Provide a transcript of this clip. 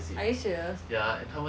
are you serious